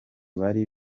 bari